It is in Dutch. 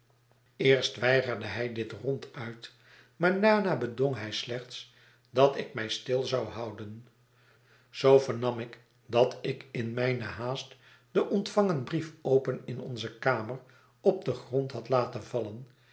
eerst weigerde hij dit rond uit maar daarna bedong hij slechts r dat ik mij stil zou houden zoo vernam ik dat ik in mijne haast den ontvangen brief open in onze kamer op den grond had laten vallen